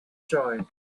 joy